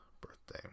birthday